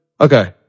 okay